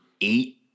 eight